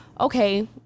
okay